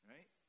Right